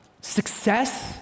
success